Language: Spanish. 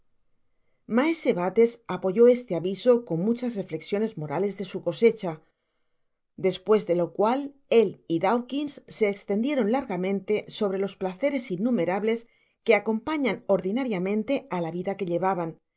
maese bates apoyó este aviso con muchas reflecsiones morales de su cosecha despues de lo cual él y dawhins se estendieroji largamente sobre los placeres innumerables que acompañan or dinariamente á la vida que llevaban